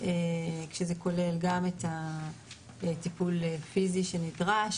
כשזה כולל גם את הטיפול הפיסי שנדרש,